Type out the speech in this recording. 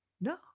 No